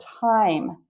time